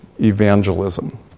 evangelism